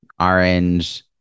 orange